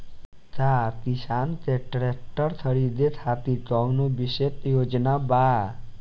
का किसान के ट्रैक्टर खरीदें खातिर कउनों विशेष योजना बा?